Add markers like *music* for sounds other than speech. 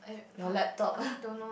your laptop *laughs*